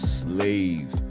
slave